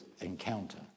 encounter